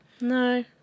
No